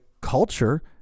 culture